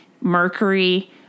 mercury